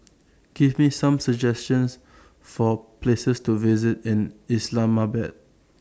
Give Me Some suggestions For Places to visit in Islamabad